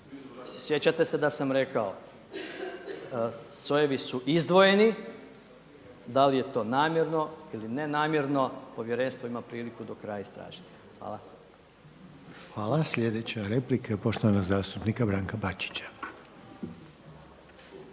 Sjećate se da sam rekao sojevi su izdvojeni, da li je to namjerno ili nenamjerno. Povjerenstvo ima priliku do kraja istražiti. Hvala. **Reiner, Željko (HDZ)** Hvala. Sljedeća replika je poštovanog zastupnika Branka Bačića.